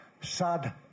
Sad